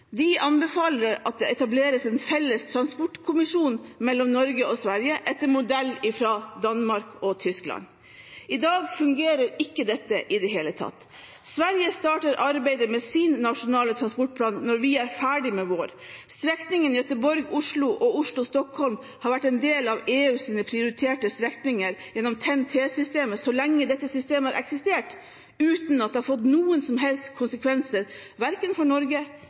De anbefaler at det etableres en felles transportkommisjon mellom Norge og Sverige etter modell fra Danmark og Tyskland. I dag fungerer ikke dette i det hele tatt. Sverige starter arbeidet med sin nasjonale transportplan når vi er ferdig med vår. Strekningene Göteborg–Oslo og Oslo–Stockholm har vært en del av EUs prioriterte strekninger gjennom TEN-T-systemet så lenge dette systemet har eksistert, uten at det har fått noen som helst konsekvenser verken for Norge